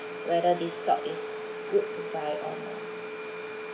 whether this stock is good to buy or not